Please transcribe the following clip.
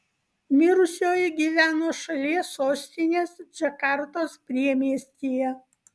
mirusioji gyveno šalies sostinės džakartos priemiestyje